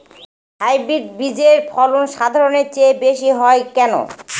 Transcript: Hybrid বীজের ফলন সাধারণের চেয়ে বেশী হয় কেনো?